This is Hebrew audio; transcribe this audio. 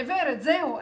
עיוורת זהו,